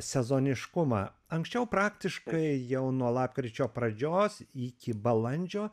sezoniškumą anksčiau praktiškai jau nuo lapkričio pradžios iki balandžio